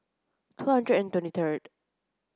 two hundred and twenty third